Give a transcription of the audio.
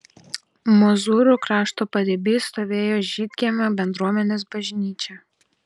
mozūrų krašto pariby stovėjo žydkiemio bendruomenės bažnyčia